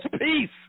peace